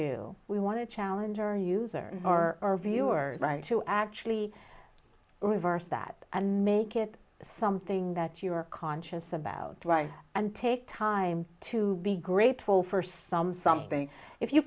you we want to challenge our users or viewers to actually reverse that and make it something that you are conscious about right and take time to be grateful for some something if you